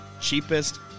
cheapest